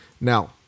Now